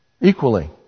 Equally